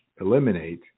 eliminate